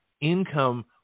income